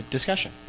Discussion